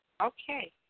Okay